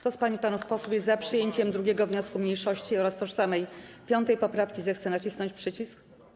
Kto z pań i panów posłów jest za przyjęciem 2. wniosku mniejszości oraz tożsamej 5. poprawki, zechce nacisnąć przycisk.